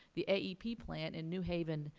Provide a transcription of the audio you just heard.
the aep plant in new haven,